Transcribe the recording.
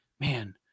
man